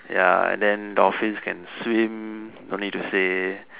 ya and then dolphins can swim don't need to say